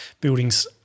buildings